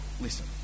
listen